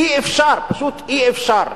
אי-אפשר, פשוט אי-אפשר,